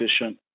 efficient